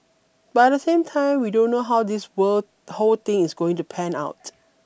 but at the same time we don't know how this word whole thing is going to pan out